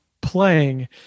playing